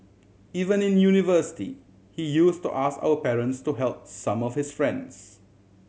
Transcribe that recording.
even in university he use to ask our parents to help some of his friends